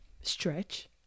stretch